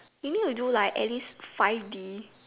you need to do like at least five D